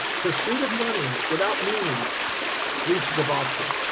pursuit of money without meaning leads to debauchery,